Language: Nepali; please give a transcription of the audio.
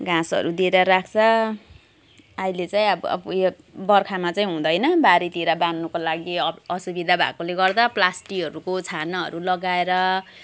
घाँसहरू दिएर राख्छ अहिले चाहिँ अब अब उयो बर्खामा चाहिँ हुँदैन बारीतिर बाँध्नुको लागि अफ असुविधा भएकोले गर्दा प्लास्टिकहरूको छानाहरू लगाएर